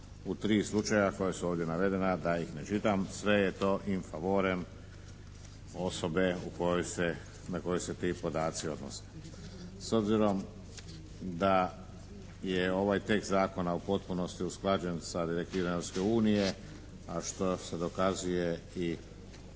u tri slučaja koja su ovdje navedena. Da ih ne čitam. Sve je to «in favorem» osobe u kojoj se, na koju se ti podaci odnose. S obzirom da je ovaj tekst zakona u potpunosti usklađen sa direktivama Europske unije, a što se dokazuje i